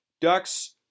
Ducks